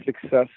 success